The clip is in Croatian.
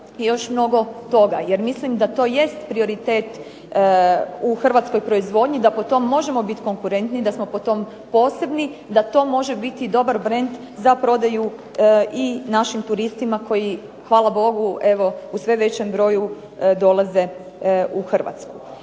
i još mnogo toga. Jer mislim da to jest prioritet u hrvatskoj proizvodnji, da po tom možemo bit konkurentniji, da smo po tom posebni, da to može biti dobar brend za prodaju i našim turistima koji hvala Bogu evo u sve većem broju dolaze u Hrvatsku.